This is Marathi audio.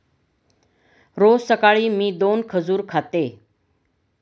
रोज सकाळी मी दोन खजूर खाते